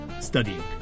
studying